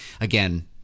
again